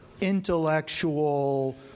intellectual